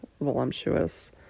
voluptuous